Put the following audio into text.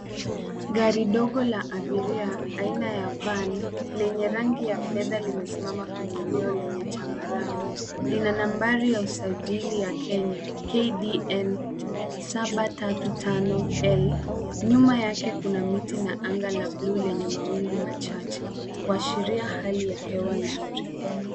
Gari dogo la abiria aina ya van lenye rangi ya fedha limesimama kwenye eneo lenye changarawe. Lina nambari ya usajili ya Kenya KDR 795L. Nyuma yake kuna miti na anga la buluu lenye mawingu machache kuashiria hali ya hewa nzuri.